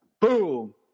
boom